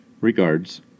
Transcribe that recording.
Regards